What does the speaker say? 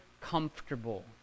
comfortable